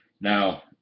Now